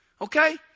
okay